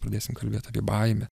pradėsim kalbėt apie baimę